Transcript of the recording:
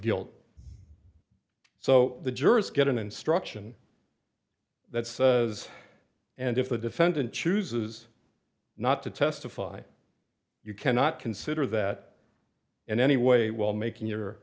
guilt so the jurors get an instruction that says and if the defendant chooses not to testify you cannot consider that in any way while making your